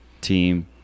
team